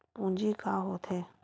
पूंजी का होथे?